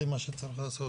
מה צריך לעשות,